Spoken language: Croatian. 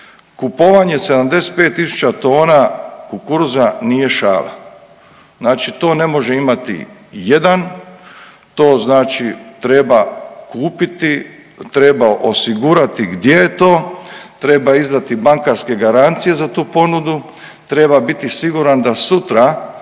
Kupovanje 75 tisuća kukuruza nije šala. Znači to ne može imati jedan. To znači treba kupiti. Treba osigurati gdje je to. Treba izdati bankarske garancije za tu ponudu. Treba biti siguran da sutra